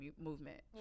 Movement